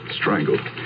Strangled